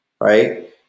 right